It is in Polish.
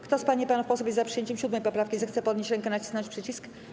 Kto z pań i panów posłów jest za przyjęciem 7. poprawki, zechce podnieść rękę i nacisnąć przycisk.